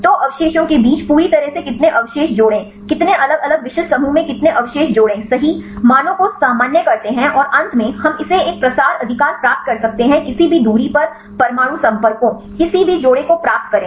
तो अवशेषों के बीच पूरी तरह से कितने अवशेष जोड़े कितने अलग अलग विशिष्ट समूहों में कितने अवशेष जोड़े सही मानों को सामान्य करते हैं और अंत में हम इसे एक प्रसार अधिकार प्राप्त कर सकते हैं किसी भी दूरी पर परमाणु संपर्कों किसी भी जोड़े को प्राप्त करें